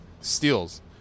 steals